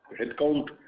headcount